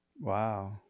Wow